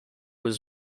was